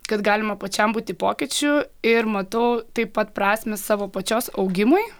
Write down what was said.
kad galima pačiam būti pokyčiu ir matau taip pat prasmę savo pačios augimui